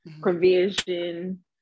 provision